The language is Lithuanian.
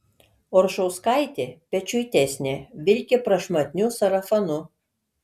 oršauskaitė pečiuitesnė vilki prašmatniu sarafanu